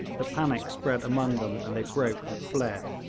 the panic spread among them, and they broke and fled.